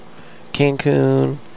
Cancun